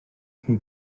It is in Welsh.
chi